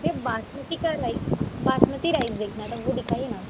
भईया बासमती का rice basmati rice देखना तो वो दिखाइए ना